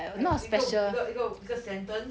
like 一个一个一个 sentence